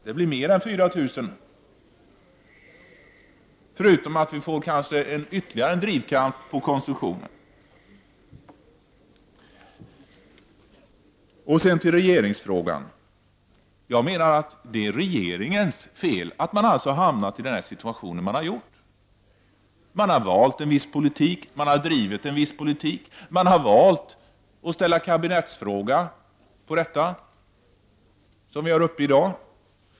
Det blir mer än 4 000 kr., förutom att vi kanske får ytterligare en drivkraft på konsumtionen. Sedan till regeringsfrågan. Det är regeringens fel att vi har hamnat i denna situation. Man har valt att driva en viss politik. Man har valt att ställa kabinettsfråga på det som vi har uppe i dag.